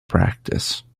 practice